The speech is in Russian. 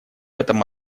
этом